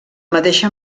mateixa